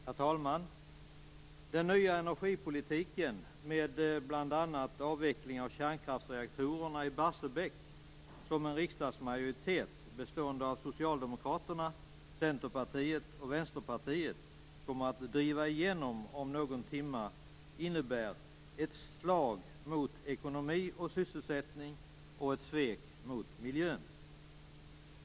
Herr talman! Den nya energipolitiken, med bl.a. den avveckling av kärnkraftsreaktorerna i Barsebäck som en riksdagsmajoritet bestående av Socialdemokraterna, Centerpartiet och Vänsterpartiet kommer att driva igenom om någon timme, innebär ett slag mot ekonomi och sysselsättning och ett svek mot miljön.